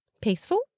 peaceful